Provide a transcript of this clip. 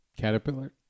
caterpillar